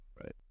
Right